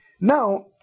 Now